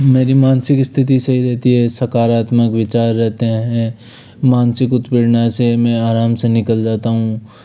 मेरी मानसिक स्थिति सही रहती है सकारात्मक विचार रहते हैं मानसिक उत्पीड़ना से में आराम से निकल जाता हूँ